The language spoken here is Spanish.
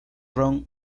ron